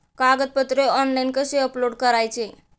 कागदपत्रे ऑनलाइन कसे अपलोड करायचे?